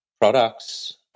products